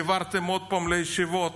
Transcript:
לישיבות,